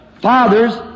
fathers